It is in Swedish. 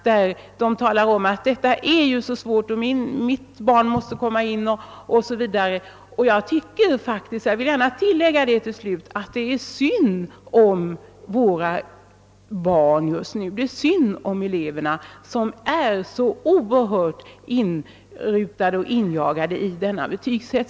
Både föräldrar och elever utövar en stor press på lärarna. Jag tycker att det är synd om eleverna, som blir oerhört hetsade i denna betygsjakt.